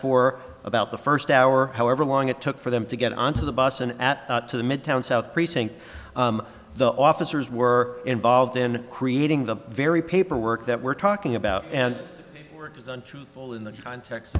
for about the first hour however long it took for them to get onto the bus and at the midtown south precinct the officers were involved in creating the very paperwork that we're talking about and we're just untruthful in the context